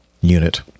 unit